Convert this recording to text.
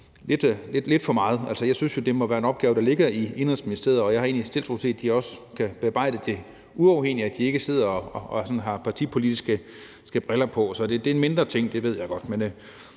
lidt for meget. Jeg synes jo, det må være en opgave, der ligger i Indenrigsministeriet, og jeg har egentlig tiltro til, at de også kan bearbejde det, uafhængigt af at de ikke sidder og har partipolitiske briller på. Det er en mindre ting, det ved jeg godt.